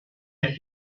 est